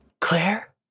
claire